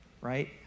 right